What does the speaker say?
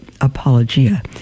apologia